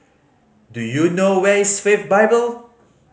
do you know where is Faith Bible